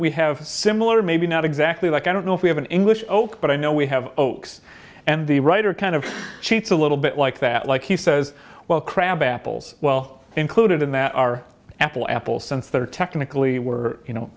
we have similar maybe not exactly like i don't know if we have an english folk but i know we have and the writer kind of cheats a little bit like that like he says well crab apples well included in that are apple apple since they're technically were you know